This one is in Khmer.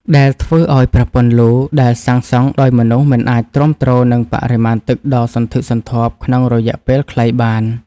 ដែលធ្វើឱ្យប្រព័ន្ធលូដែលសាងសង់ដោយមនុស្សមិនអាចទ្រាំទ្រនឹងបរិមាណទឹកដ៏សន្ធឹកសន្ធាប់ក្នុងរយៈពេលខ្លីបាន។